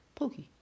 pookie